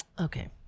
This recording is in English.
Okay